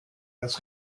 dass